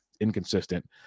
inconsistent